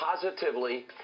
positively